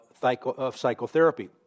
psychotherapy